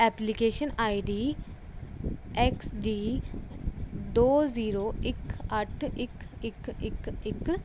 application I D X D ਦੋ zero ਇੱਕ ਅੱਠ ਇੱਕ ਇੱਕ ਇੱਕ ਇੱਕ